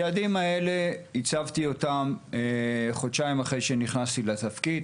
את היעדים האלה הצבתי חודשיים לאחר כניסתי לתפקיד,